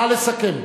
נא לסכם.